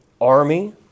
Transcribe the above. army